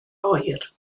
oer